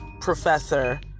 professor